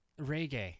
reggae